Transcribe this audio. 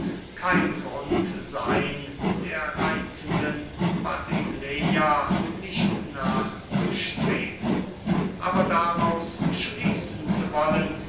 kein grund seyn der reitzenden basileia nicht nachzustreben aber daraus schließen zu wollen